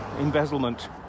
embezzlement